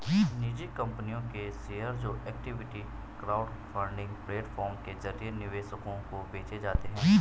निजी कंपनियों के शेयर जो इक्विटी क्राउडफंडिंग प्लेटफॉर्म के जरिए निवेशकों को बेचे जाते हैं